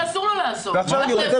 אתה לא יכול להגיד לו לאן ללכת.